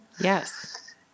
Yes